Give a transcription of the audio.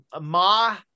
Ma